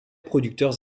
producteurs